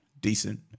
decent